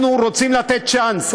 אנחנו רוצים לתת צ'אנס.